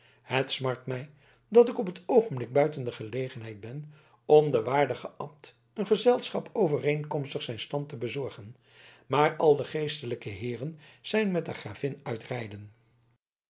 het smart mij dat ik op het oogenblik buiten de gelegenheid ben om den waardigen abt een gezelschap overeenkomstig zijn stand te bezorgen maar al de geestelijke heeren zijn met de gravin